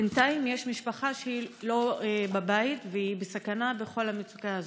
בינתיים יש משפחה שהיא לא בבית והיא בסכנה בכל המצוקה הזאת.